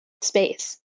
space